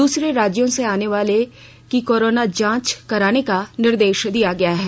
दूसरे राज्यों से आनेवाले लोगों की कोरोना जांच कराने का निर्देश दिया गया है